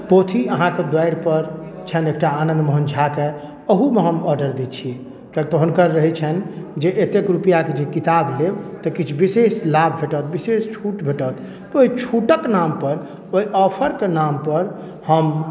पोथी अहाँक दुआरिपर छनि एकटा आनन्द मोहन झाके एहूमे हम आर्डर दैत छी कियाक तऽ हुनकर रहैत छनि जे एतेक रुपैआके जे किताब लेब तऽ किछु विशेष लाभ भेटत विशेष छूट भेटत ओहि छूटक नामपर ओहि ऑफरके नामपर हम